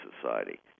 society